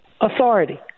authority